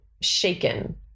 shaken